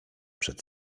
przed